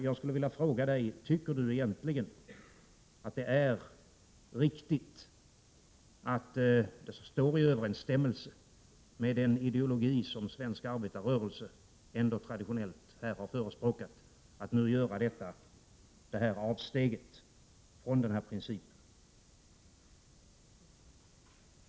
Jag vill fråga: Tycker Lars-Erik Lövdén egentligen att det är riktigt, att det står i överensstämmelse med den ideologi som svensk arbetarrörelse ändå traditionellt har förespråkat, att nu göra detta avsteg från den princip som jag här nämnt?